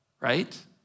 right